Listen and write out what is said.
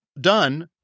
done